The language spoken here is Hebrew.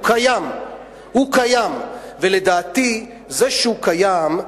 הוא קיים, ולדעתי, זה שהוא קיים,